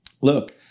look